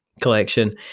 collection